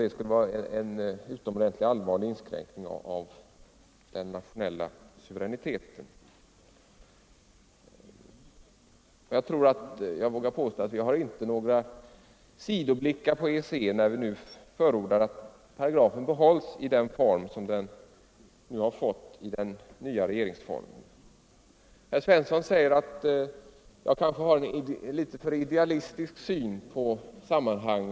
Det skulle innebära en allvarlig inskränkning i den nationella suveräniteten. Vi har heller inga sidoblickar på EG när vi förordar att paragrafen behålls i den form som den har fått i den nya regeringsformen. Herr Svensson i Malmö säger att jag kanske har en för idealistisk syn i dessa sammanhang.